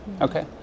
Okay